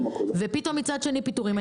ופתאום מצד שני פיטורים.